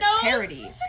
parody